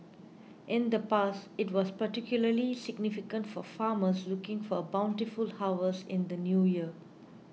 in the past it was particularly significant for farmers looking for a bountiful harvest in the New Year